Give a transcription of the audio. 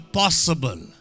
possible